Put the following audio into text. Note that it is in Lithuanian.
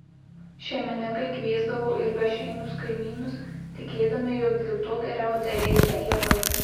šeimininkai kviesdavo ir bešeimius kaimynus tikėdami jog dėl to geriau derėsią javai